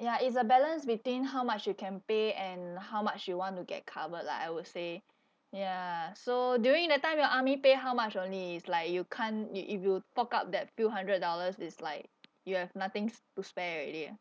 ya it's a balance between how much you can pay and how much you want to get covered lah I would say ya so during that time your army pay how much only it's like you can't i~ if you fork out that few hundred dollars is like you have nothings to spare already ah